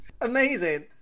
amazing